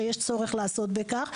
שיש צורך לעסוק בכך,